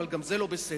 אבל גם זה לא בסדר.